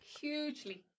hugely